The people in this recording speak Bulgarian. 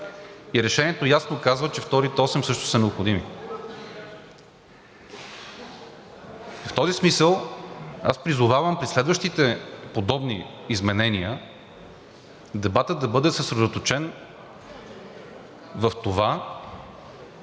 и решението ясно казва, че вторите осем също са необходими. В този смисъл аз призовавам при следващите подобни изменения дебатът да бъде съсредоточен в това